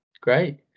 great